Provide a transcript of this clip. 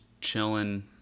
chilling